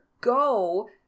go